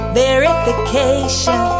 verification